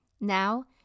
Now